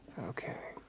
okay,